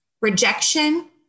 Rejection